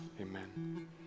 Amen